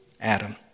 Adam